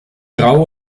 grau